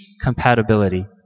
compatibility